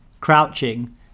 crouching